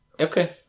Okay